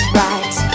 right